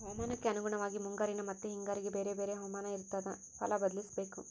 ಹವಾಮಾನಕ್ಕೆ ಅನುಗುಣವಾಗಿ ಮುಂಗಾರಿನ ಮತ್ತಿ ಹಿಂಗಾರಿಗೆ ಬೇರೆ ಬೇರೆ ಹವಾಮಾನ ಇರ್ತಾದ ಫಲ ಬದ್ಲಿಸಬೇಕು